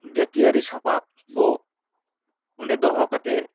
ᱡᱟᱹᱛᱭᱟᱹᱨᱤ ᱥᱟᱯᱟᱵ ᱵᱚ ᱚᱸᱰᱮ ᱫᱚᱦᱚ ᱠᱟᱛᱮᱫ